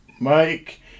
Mike